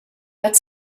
but